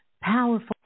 powerful